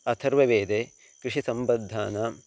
अथर्ववेदे कृषिसम्बद्धानां